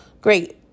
Great